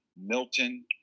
Milton